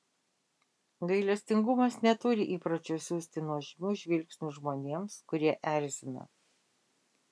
gailestingumas neturi įpročio siųsti nuožmių žvilgsnių žmonėms kurie erzina